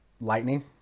lightning